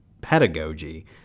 pedagogy